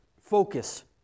focus